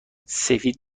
سفید